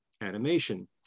Animation